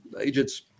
agents